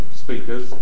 speakers